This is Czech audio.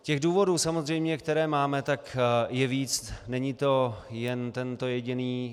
Těch důvodů samozřejmě, které máme, je více, není to jen tento jediný.